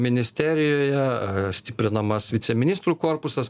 ministerijoje stiprinamas viceministrų korpusas